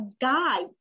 guide